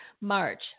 March